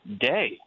day